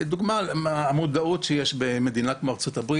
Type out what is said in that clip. דוגמא למודעות שיש במדינת ארה"ב,